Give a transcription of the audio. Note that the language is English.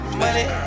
money